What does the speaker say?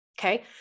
Okay